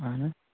اہن حظ